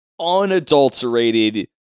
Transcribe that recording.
unadulterated